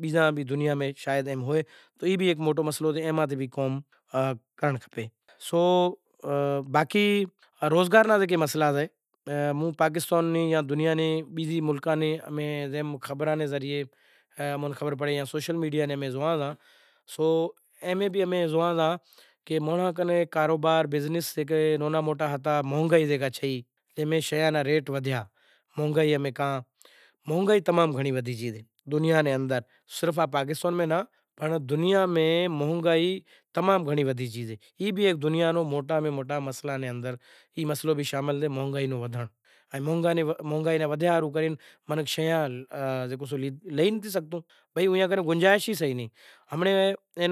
بیزاں بھی دنیا میں شاید ایم ہوئے ای بھی ہیک موٹو مسسئلو سے ای ماتھے بھی کام بھی کرنڑ کھپے پاکستان میں زاں بیزاں ملکاں نی امیں زکا خبر پڑے جاں سوشل میڈیا امیں زوئاں تا تو اے میں بھی امیں زوئاں تا کہ مہونگائی جے تھی اوئاں میں شیاں ناں ریٹ ودھیا، دنیا میں مہونگائی ودھی گئی ای بھی موٹے میں موٹا مسئلا سے۔ مہونگائی نے ودہیا ہاروں کرے شیاں لئی نتھی سگھتو مانڑاں کن گنجائش سے ئی نتھی،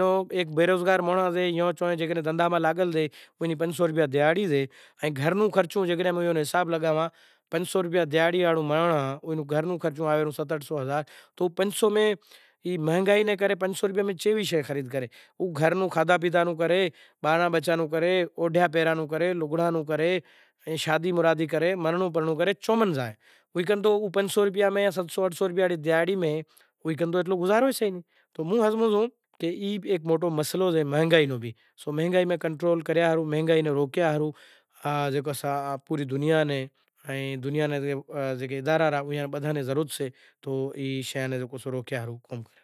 غریب مانڑو پنج سو دہاڑی واڑے نو خرچ آوے ریو ہزار تو چیاں زائے۔ مانڑاں نو کھادہو پیتو لگڑا مرنڑو پرنڑو شادی مرادی نو خرچ پورو ئی نتھی تھاتو۔ کہ ای بھی موٹو مسئلو سے کہ مہونگئی نوں کنٹرول کریاں ہاروں ایئے ناں روکیا ہاروں پوری دنیا نی ضرورت سے کہ ای شے ناں روکیں۔